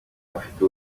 bafite